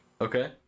okay